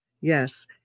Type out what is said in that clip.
Yes